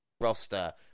roster